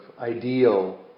ideal